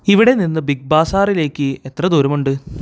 ഇവിടെ നിന്ന് ബിഗ് ബാസാറിലേക്ക് എത്ര ദൂരുമുണ്ട്